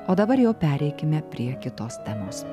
o dabar jau pereikime prie kitos temos